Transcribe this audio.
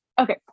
okay